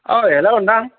ओइ हेल' नोंथां